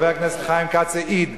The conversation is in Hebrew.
חבר הכנסת חיים כץ העיד